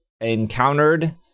encountered